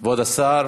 כבר השר